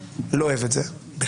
לא אוהב את זה בכלל.